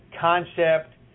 concept